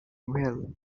well